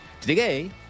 Today